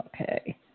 Okay